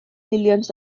milions